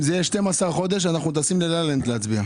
אם זה יהיה 12 חודשים אנחנו טסים ללה-לה לנד כדי להצביע.